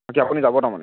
বাকী আপুনি যাব তাৰমানে